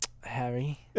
Harry